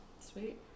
Sweet